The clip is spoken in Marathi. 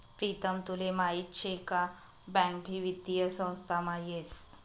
प्रीतम तुले माहीत शे का बँक भी वित्तीय संस्थामा येस